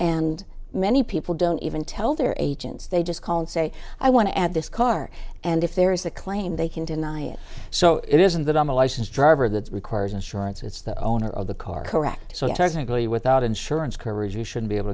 and many people don't even tell their agents they just call and say i want to add this car and if there is a claim they can deny it so it isn't that i'm a licensed driver that requires insurance it's the owner of the car correct so technically without insurance coverage you should be able